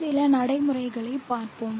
சில நடைமுறைகளைப் பார்ப்போம்